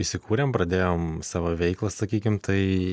įsikūrėm pradėjom savo veiklą sakykim tai